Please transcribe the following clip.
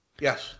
Yes